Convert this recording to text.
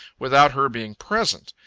without her being present.